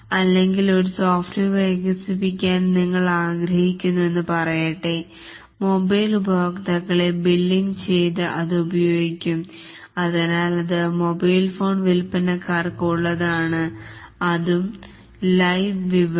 അല്ലെങ്കിൽ ഒരു സോഫ്റ്റ്വെയർ വികസിപ്പിക്കാൻ നിങ്ങൾ ആഗ്രഹിക്കുന്നു എന്ന് പറയട്ടെ മൊബൈൽ ഉപഭോക്താക്കളെ ബില്ലിംഗ് ചെയ്യുതു അത് ഉപയോഗിക്കും അതിനാൽ അത് മൊബൈൽഫോൺ വിൽപ്പനക്കാർക്ക് ഉള്ളതാണ് അതും ലൈവ് വിപണി